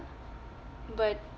but